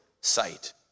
sight